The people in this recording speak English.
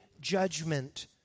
judgment